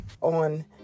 on